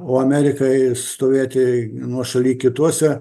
o amerikai stovėti nuošaly kituose